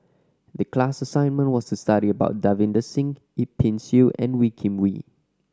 the class assignment was to study about Davinder Singh Yip Pin Xiu and Wee Kim Wee